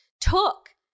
took